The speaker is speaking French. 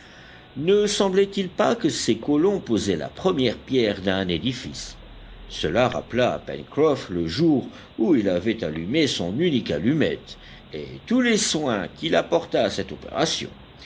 ne semblait-il pas que ces colons posaient la première pierre d'un édifice cela rappela à pencroff le jour où il avait allumé son unique allumette et tous les soins qu'il apporta à cette opération